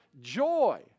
joy